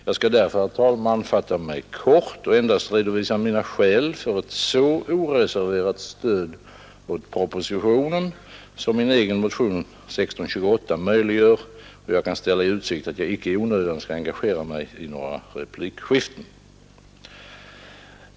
Jag skall därför, herr talman, fatta mig kort och endast redovisa mina skäl för ett så oreserverat stöd åt propositionen, som min egen motion 1628 möjliggör, och jag kan ställa i utsikt att jag icke i onödan skall engagera mig i några replikskiften.